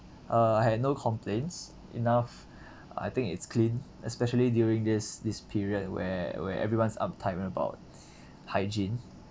uh I had no complaints enough I think it's clean especially during this this period where where everyone's uptight about hygiene